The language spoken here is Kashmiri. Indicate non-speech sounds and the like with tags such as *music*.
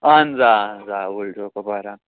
اَہَن حظ آ اَہَن آ *unintelligible* کپوارہ